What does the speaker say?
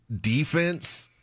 defense